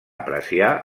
apreciar